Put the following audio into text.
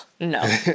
No